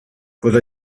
puedo